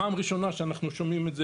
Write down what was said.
פעם ראשונה שאנחנו שומעים את זה,